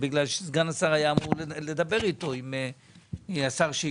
סגן השר היה אמור לדבר עם השר שיקלי.